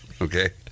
Okay